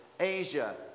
Asia